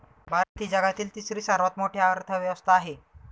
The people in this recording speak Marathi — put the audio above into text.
भारत ही जगातील तिसरी सर्वात मोठी अर्थव्यवस्था आहे